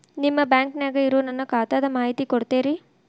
ನಿಮ್ಮ ಬ್ಯಾಂಕನ್ಯಾಗ ಇರೊ ನನ್ನ ಖಾತಾದ ಮಾಹಿತಿ ಕೊಡ್ತೇರಿ?